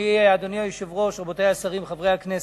אדוני היושב-ראש, רבותי השרים, חברי הכנסת,